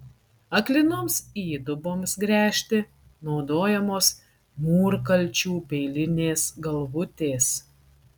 aklinoms įduboms gręžti naudojamos mūrkalčių peilinės galvutės